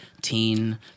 teen